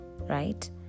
right